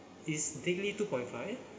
is daily two point five